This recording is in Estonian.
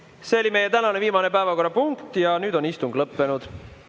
See oli meie tänane viimane päevakorrapunkt ja nüüd on istung lõppenud.